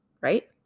right